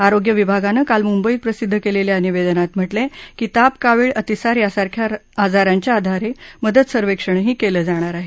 आरोग्य विभागानं काल मुंबईत प्रसिद्ध केलेल्या निवेदनात म्हटलंय की ताप कावीळ अतिसार यासारख्या आजारांच्या आधारे मदत सर्वेक्षणही केलं जाणार आहे